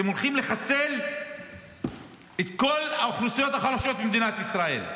אתם הולכים לחסל את כל האוכלוסיות החלשות במדינת ישראל,